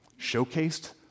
showcased